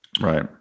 right